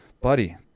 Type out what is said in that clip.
buddy